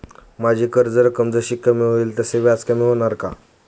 माझी कर्ज रक्कम जशी कमी होईल तसे व्याज कमी होणार का?